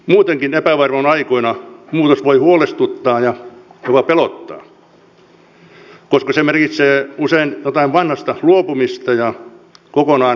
muutenkin epävarmoina aikoina muutos voi huolestuttaa ja jopa pelottaa koska se merkitsee usein jostain vanhasta luopumista ja kokonaan uuden alkua